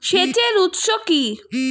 সেচের উৎস কি?